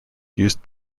used